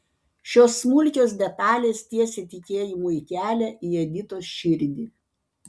šios smulkios detalės tiesė tikėjimui kelią į editos širdį